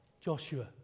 Joshua